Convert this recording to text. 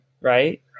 right